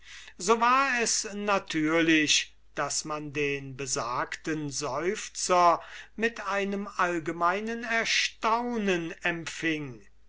so war es natürlich daß man den besagten seufzer mit einem allgemeinen erstaunen empfing